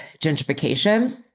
gentrification